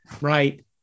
Right